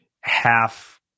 half